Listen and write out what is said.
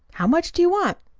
how much do you want?